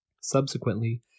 Subsequently